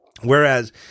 Whereas